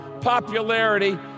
popularity